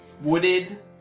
wooded